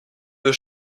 zur